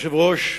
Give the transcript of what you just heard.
אדוני היושב-ראש,